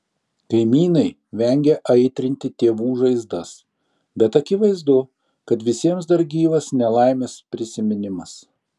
kaimynai vengia aitrinti tėvų žaizdas bet akivaizdu kad visiems dar gyvas nelaimės prisiminimas